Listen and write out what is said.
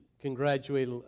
congratulate